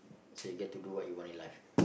so you get to do what you want in life